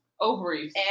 ovaries